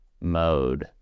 mode